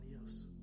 else